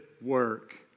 work